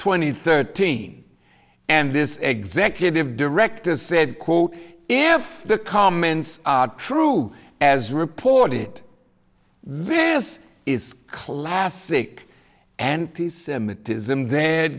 twenty third thing and this executive director said quote if the comments are true as reported this is classic and the semitism the